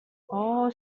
all